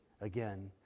again